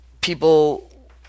people